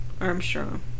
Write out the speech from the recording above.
Armstrong